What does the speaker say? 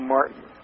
Martin